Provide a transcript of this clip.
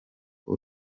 uru